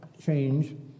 change